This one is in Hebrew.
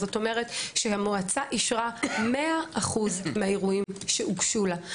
כלומר המועצה אישרה 100% מן האירועים שהוגשו לה.